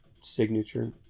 signature